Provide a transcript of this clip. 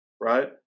right